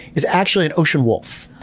is actually an ocean wolf.